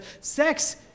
sex